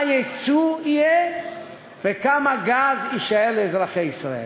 יצוא יהיה וכמה גז יישאר לאזרחי ישראל,